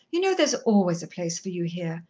you know there's always a place for you here.